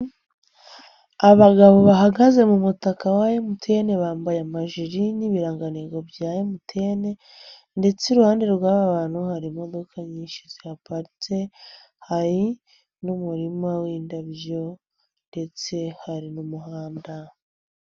Abagabo bahagaze mu mutaka wa Emutiyene bambaye amajiri n'ibirangantego bya Emutiyene, ndetse iruhande rw'aba bantu hari imodoka nyinshi zihaparitse, hari n'umurima w'indabyo, ndetse hari n'umuhanda.